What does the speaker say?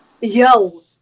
Yo